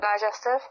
digestive